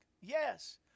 Yes